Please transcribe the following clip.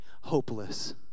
hopeless